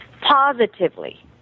positively